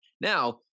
Now